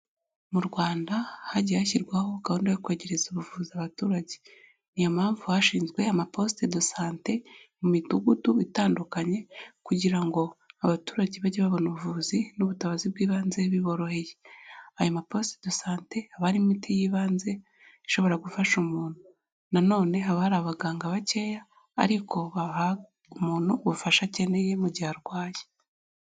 Mu Rwanda hagiye hashyirwaho gahunda yo kwegereza ubuvuzi abaturage niyo mpamvu hashinzwe amaposite do sate mu midugudu itandukanye kugira ngo abaturage bajye babona ubuvuzi n'ubutabazi bw'ibanze biboroheye, ayo maposite do sate aba ari imiti y'ibanze ishobora gufasha umuntu nanone haba hari abaganga bakeya ariko baha umuntu ubufasha akeneye mu gihe arwaye.